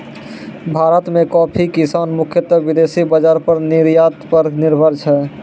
भारत मॅ कॉफी किसान मुख्यतः विदेशी बाजार पर निर्यात पर निर्भर छै